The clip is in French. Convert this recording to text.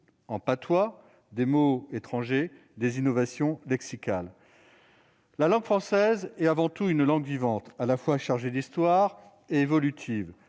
en patois, des mots étrangers, des innovations lexicales. La langue française est avant tout une langue vivante, à la fois chargée d'histoire et évolutive.